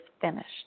finished